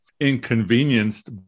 inconvenienced